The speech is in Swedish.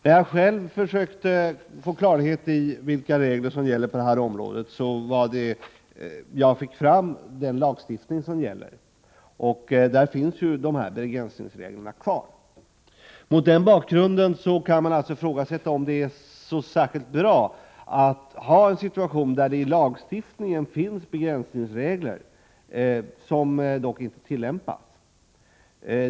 När jag själv försökte få klarhet i vilka regler som följs på det här området studerade jag gällande lagstiftning och blev medveten om att begränsningsreglerna finns kvar. Man kan ifrågasätta det förnuftiga i att lagstiftningen innehåller begränsningsregler som inte tillämpas.